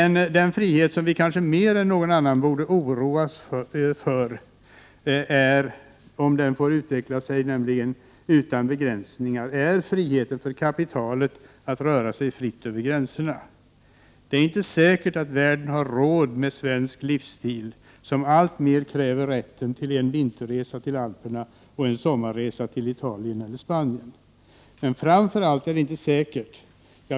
Den frihet som vi kanske bör oroa oss mer för än någon annan, om den får utvecklas utan begränsningar, är frihet för kapitalet att röra sig fritt över gränserna. Det är inte säkert att världen har råd med en svensk livsstil enligt vilken man alltmer kräver rätten till en vinterresa till Alperna och till en sommarresa till Italien eller Spanien.